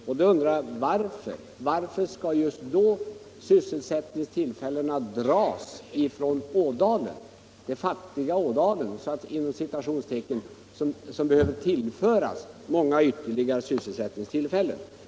Jag undrar varför sysselsättningstillfällena skall dras bort från det ”fattiga” Ådalen, som behöver många ytterligare sådana.